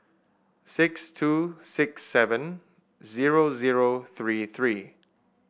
six two six seven zero zero three three